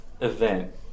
event